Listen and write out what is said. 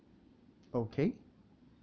okay